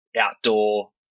outdoor